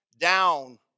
Down